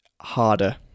harder